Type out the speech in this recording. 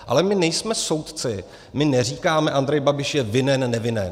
Ale my nejsme soudci, my neříkáme Andrej Babiš je vinen, nevinen.